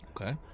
Okay